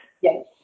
Yes